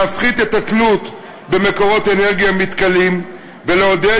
להפחית את התלות במקורות אנרגיה מתכלים ולעודד